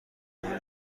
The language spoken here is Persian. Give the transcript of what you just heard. اون